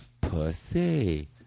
Pussy